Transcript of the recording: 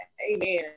Amen